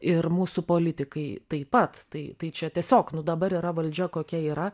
ir mūsų politikai taip pat tai tai čia tiesiog nu dabar yra valdžia kokia yra